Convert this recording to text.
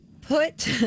Put